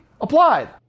applied